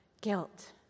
guilt